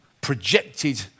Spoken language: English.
projected